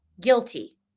guilty